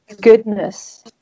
goodness